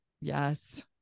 Yes